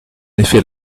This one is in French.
effet